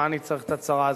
מה אני צריך את הצרה הזאת.